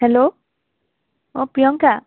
hello অঁ প্ৰিয়ংকা